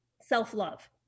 self-love